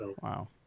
Wow